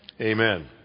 Amen